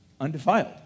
undefiled